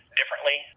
differently